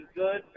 good